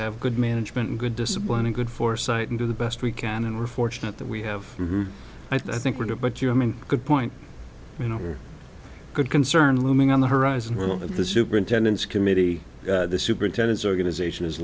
have good management and good discipline and good foresight and do the best we can and we're fortunate that we have i think we do but you know i mean good point you know good concern looming on the horizon one of the superintendents committee superintendents organization is